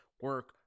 Work